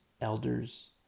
elders